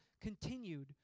continued